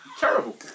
Terrible